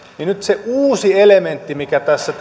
ja nyt se uusi elementti mikä tässä